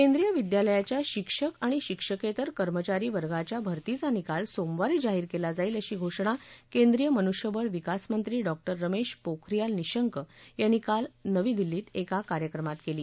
केंद्रीय विद्यालयाच्या शिक्षक आणि शिक्षकेत्तर कर्मचारी वर्गाच्या भर्तीचा निकाल सोमवारी जाहीर केला जाईल अशी घोषणा केंद्रीय मनुष्यबळ विकास मंत्री डॉ रमेश पोखरियाल निशंक यांनी काल नवी दिल्लीत एका कार्यक्रमात केली